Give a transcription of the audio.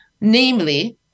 Namely